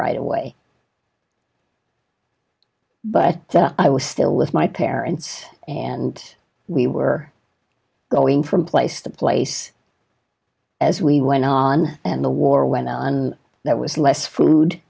right away but i was still with my parents and we were going from place to place as we went on and the war went on that was less food